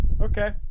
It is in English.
Okay